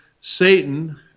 Satan